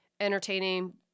entertaining